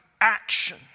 action